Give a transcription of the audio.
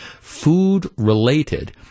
food-related